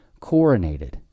coronated